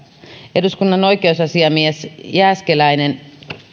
eduskunnan oikeusasiamies jääskeläinen